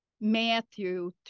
Matthew